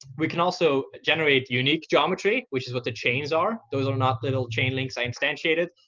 we can also generate unique geometry, which is what the chains are. those are not little chain links i instantiated.